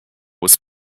was